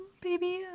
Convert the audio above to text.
baby